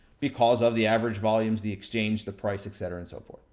because of the average volumes, the exchange, the price, et cetera, and so forth.